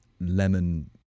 lemon